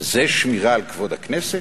זה שמירה על כבוד הכנסת?